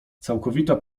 całkowita